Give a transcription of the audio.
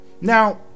Now